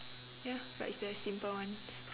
ya but it's the simple ones